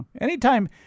anytime